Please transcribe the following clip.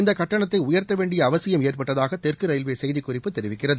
இந்தக் கட்டணத்தை உயர்த்த வேண்டிய அவசியம் ஏற்பட்டதாக தெற்கு ரயில்வே செய்திக்குறிப்பு தெரிவிக்கிறது